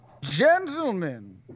gentlemen